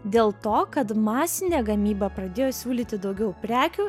dėl to kad masinė gamyba pradėjo siūlyti daugiau prekių